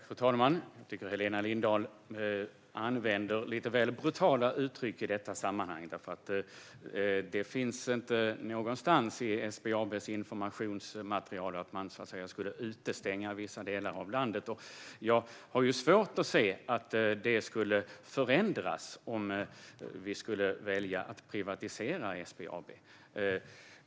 Fru talman! Jag tycker att Helena Lindahl använder lite väl brutala uttryck i sammanhanget. Det finns ingenting i SBAB:s informationsmaterial om att man skulle utestänga vissa delar av landet. Jag har svårt att se att något skulle förändras om vi skulle välja att privatisera SBAB.